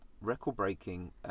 record-breaking